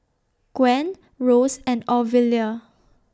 Gwen Ross and Ovila